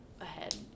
ahead